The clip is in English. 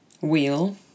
Wheel